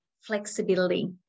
flexibility